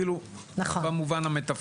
ואתם פשוט תתנו לנו להיות ראשונים בתור,